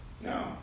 no